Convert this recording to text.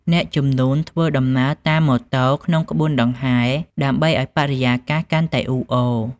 អ្នកជំនូនធ្វើដំណើរតាមម៉ូតូក្នុងក្បួនហែរដើម្បីឲ្យបរិយាកាសកាន់តែអ៊ូអរ។